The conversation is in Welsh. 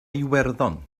iwerddon